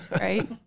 right